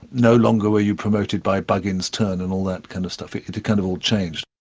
no longer were you promoted by buggins' turn and all that kind of stuff, it it kind of all changed.